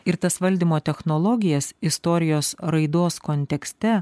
ir tas valdymo technologijas istorijos raidos kontekste